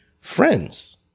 friends